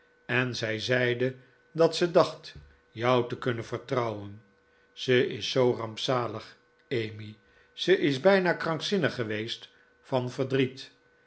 en zij zeide dat ze dacht jou te kunnen vertrouwen ze is zoo rampzalig emmy ze is bijna krankzinnig geweest van verdriet